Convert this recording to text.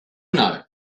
know